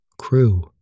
crew